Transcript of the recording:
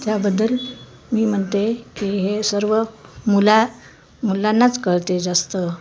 त्याबद्दल मी म्हणते की हे सर्व मुला मुलांनाच कळते जास्त